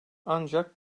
ancak